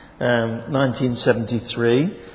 1973